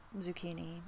zucchini